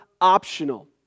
optional